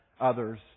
others